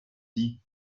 dit